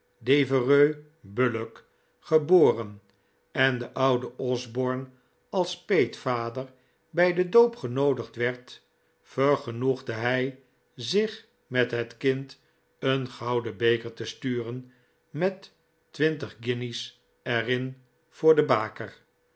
devereux bullock geboren en de oude osborne als peetvader bij den doop genoodigd werd vergenoegde hij zich met het kind een gouden beker te sturen met twintig guinjes er in voor de baker